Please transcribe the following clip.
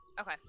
Okay